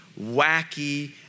wacky